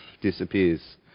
disappears